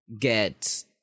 get